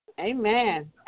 Amen